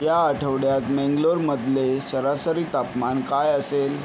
या आठवड्यात मेंगलोरमधले सरासरी तापमान काय असेल